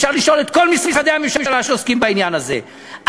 אפשר לשאול את כל משרדי הממשלה שעוסקים בעניין הזה,